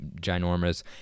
ginormous